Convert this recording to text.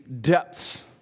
depths